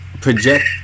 Project